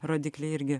rodikliai irgi